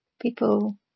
people